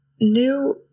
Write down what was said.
new